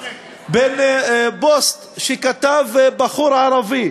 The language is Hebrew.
לפוסט שכתב בחור ערבי